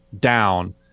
down